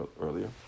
earlier